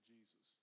Jesus